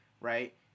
right